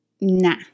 Nah